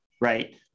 right